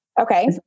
Okay